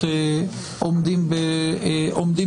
לחוק לתיקון פקודת סדר הדין הפלילי (מעצר וחיפוש) (עילות